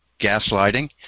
gaslighting